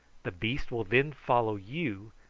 the beast will then follow you,